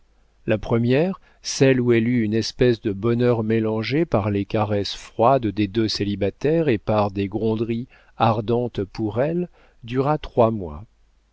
la première celle où elle eut une espèce de bonheur mélangé par les caresses froides des deux célibataires et par des gronderies ardentes pour elle dura trois mois